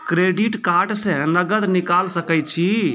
Credit card से नगद निकाल सके छी?